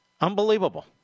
Unbelievable